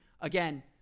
again